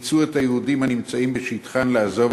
אילצו את היהודים הנמצאים בשטחן לעזוב